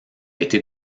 été